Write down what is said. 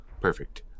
Perfect